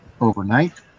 overnight